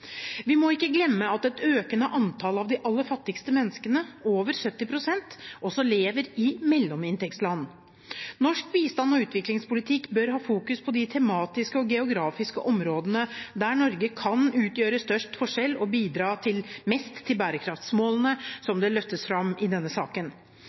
Vi må ikke glemme at et økende antall av de aller fattigste menneskene – over 70 pst. – lever i mellominntektsland. Norsk bistands- og utviklingspolitikk bør ha fokus på de tematiske og geografiske områdene der Norge kan utgjøre størst forskjell og kan bidra mest til bærekraftsmålene,